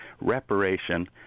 reparation